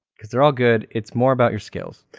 because they're all good. it's more about your skills.